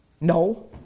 No